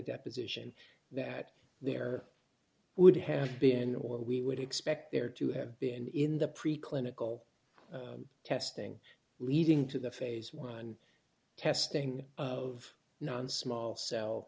deposition that there would have been a what we would expect there to have been in the preclinical testing leading to the phase one testing of non small